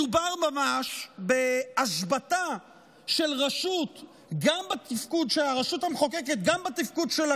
מדובר ממש בהשבתה של הרשות המחוקקת גם בתפקיד שלה